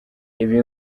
ibi